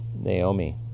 Naomi